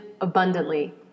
abundantly